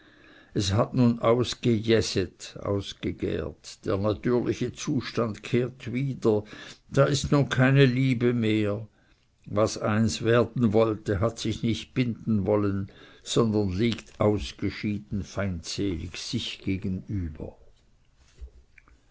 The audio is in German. es hat nun ausgejäset der natürliche zustand kehrt wieder da ist nun keine liebe mehr was eins werden sollte hat sich nicht binden wollen sondern liegt ausgeschieden feindselig sich gegenüber